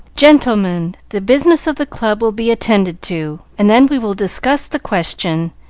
gentlemen, the business of the club will be attended to, and then we will discuss the question,